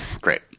Great